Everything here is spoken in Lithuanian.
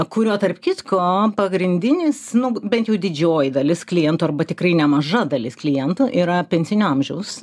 kurio tarp kitko pagrindinis nu bent jau didžioji dalis klientų arba tikrai nemaža dalis klientų yra pensinio amžiaus